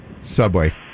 Subway